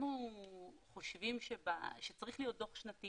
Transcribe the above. אנחנו חושבים שצריך להיות דוח שנתי